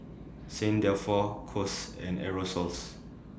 Saint Dalfour Kose and Aerosoles